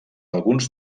alguns